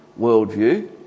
worldview